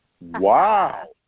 Wow